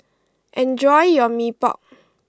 enjoy your Mee Pok